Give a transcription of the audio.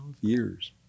years